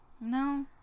No